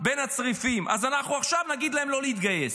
בין הצריפים, אז אנחנו עכשיו נגיד להם לא להתגייס.